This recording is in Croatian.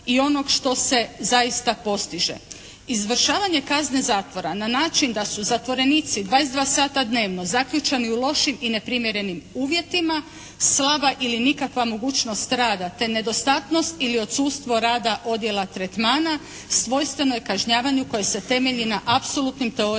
i onog što se zaista postiže. Izvršavanje kazne zatvora na način da su zatvorenici 22 sata dnevno zaključani u lošim i neprimjerenim uvjetima, slaba ili nikakva mogućnost rada te nedostatnost ili odsustvo rada odjela tretmana svojstveno je kažnjavanju koje se temelji na apsolutnim teorijama